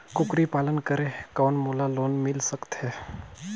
कूकरी पालन करे कौन मोला लोन मिल सकथे?